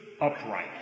upright